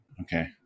Okay